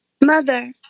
Mother